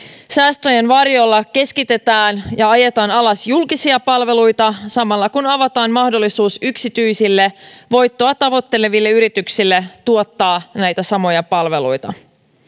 säästöjen varjolla keskitetään ja ajetaan alas julkisia palveluita samalla kun avataan mahdollisuus yksityisille voittoa tavoitteleville yrityksille tuottaa näitä samoja palveluita